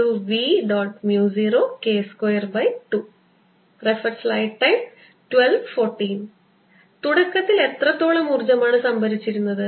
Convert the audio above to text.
0K22 തുടക്കത്തിൽ എത്രത്തോളം ഊർജ്ജമാണ് സംഭരിച്ചിരുന്നത്